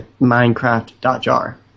Minecraft.jar